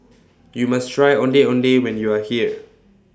YOU must Try Ondeh Ondeh when YOU Are here